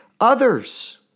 others